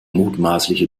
mutmaßliche